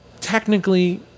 technically